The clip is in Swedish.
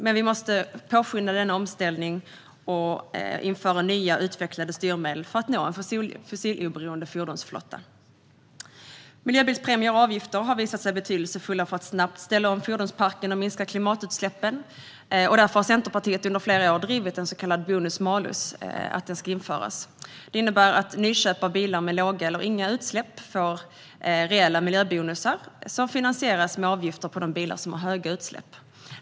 Men vi måste påskynda denna omställning och införa nya utvecklade styrmedel för att nå en fossiloberoende fordonsflotta. Miljöbilspremie och avgifter har visat sig betydelsefulla för att snabbt ställa om fordonsparken och minska klimatutsläppen. Därför har Centerpartiet under flera år drivit att ett så kallat bonus-malus-system ska införas. Det innebär att nyköp av bilar med låga eller inga utsläpp får rejäla miljöbonusar som finansieras genom avgifter på de bilar som har höga utsläpp.